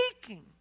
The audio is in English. speaking